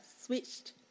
switched